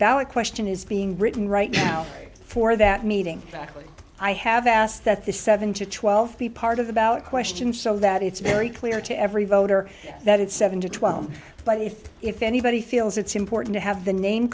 ballot question is being written right now for that meeting actually i have asked that the seven to twelve p part of the ballot question so that it's very clear to every voter that it's seven to twelve but if if anybody feels it's important to have the name